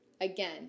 again